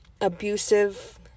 abusive